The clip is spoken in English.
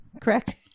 Correct